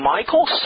Michael